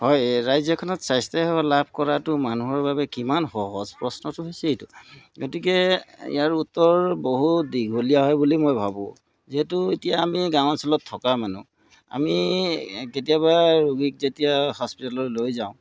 হয় ৰাজ্যখনত স্বাস্থ্যসেৱা লাভ কৰাটো মানুহৰ বাবে কিমান সহজ প্ৰশ্নটো হৈছে এইটো গতিকে ইয়াৰ উত্তৰ বহু দীঘলীয়া হয় বুলি মই ভাবোঁ যিহেতু এতিয়া আমি গাঁও অঞ্চলত থকা মানুহ আমি কেতিয়াবা ৰোগীক যেতিয়া হস্পিটেলত লৈ যাওঁ